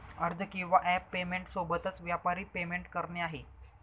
अर्ज किंवा app payment सोबतच, व्यापारी पेमेंट करणे आहे